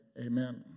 amen